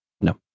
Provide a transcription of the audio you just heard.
No